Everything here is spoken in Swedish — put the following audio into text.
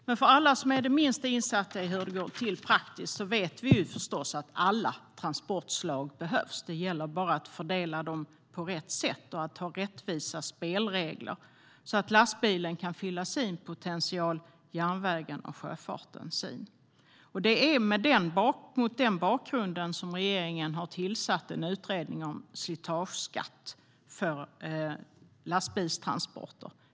Men alla vi som är det minsta insatta i hur det går till praktiskt vet förstås att alla transportslag behövs. Det gäller bara att fördela dem på rätt sätt och att ha rättvisa spelregler så att lastbilen kan fylla sin potential och järnvägen och sjöfarten sin. Det är mot den bakgrunden som regeringen har tillsatt en utredning om slitageskatt för lastbilstransporter.